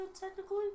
Technically